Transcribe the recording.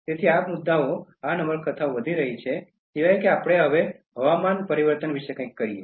તેથી આ મુદ્દાઓ છે આ નવલકથાઓ વધી રહી છે સિવાય કે આપણે હવે હવામાન પરિવર્તન વિશે કંઇક કરીએ